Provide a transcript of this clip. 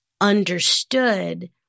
understood